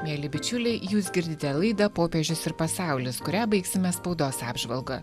mieli bičiuliai jūs girdite laida popiežius ir pasaulis kurią baigsime spaudos apžvalga